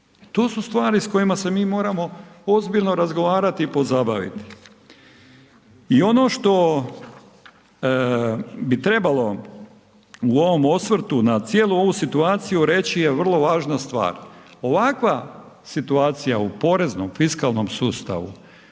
To su stvari s kojima se mi moramo ozbiljno razgovarati i pozabaviti. I ono što bi trebalo u ovom osvrtu na cijelu ovu situaciju reći je vrlo važna stvar. Ovakva situacija u poreznom, fiskalnom sustavu